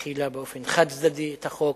החילה באופן חד-צדדי את החוק.